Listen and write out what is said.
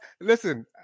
listen